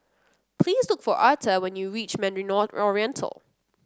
please look for Arta when you reach Mandarin Oriental